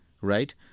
right